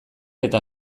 eta